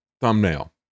thumbnail